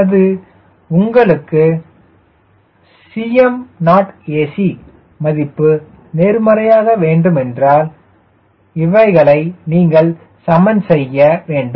எனது உங்களுக்கு Cm0ac மதிப்பு நேர்மறையாக வேண்டுமென்றால் இவைகளை நீங்கள் சமன் செய்ய வேண்டும்